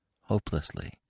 hopelessly